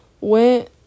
went